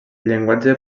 llenguatge